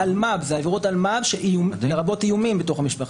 אלה עבירות אלמ"ב לרבות איומים בתוך המשפחה.